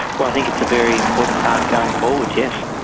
well, i think it's a very important part going forward, yes.